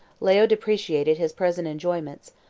leo depreciated his present enjoyments,